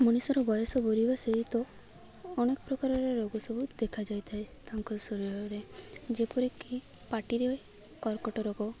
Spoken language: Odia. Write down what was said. ମଣିଷର ବୟସ ବଢ଼ିବା ସହିତ ଅନେକ ପ୍ରକାରର ରୋଗ ସବୁ ଦେଖାଯାଇଥାଏ ତାଙ୍କ ଶରୀରରେ ଯେପରିକି ପାଟିରେ କର୍କଟ ରୋଗ